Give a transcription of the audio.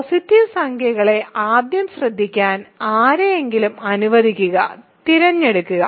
positive സംഖ്യകളെ ആദ്യം ശ്രദ്ധിക്കാൻ ആരെയെങ്കിലും അനുവദിക്കുക തിരഞ്ഞെടുക്കുക